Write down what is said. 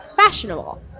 fashionable